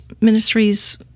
Ministries